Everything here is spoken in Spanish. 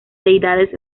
deidades